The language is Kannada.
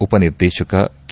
ಉಪನಿರ್ದೇಶಕ ಕೆ